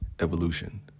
evolution